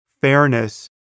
fairness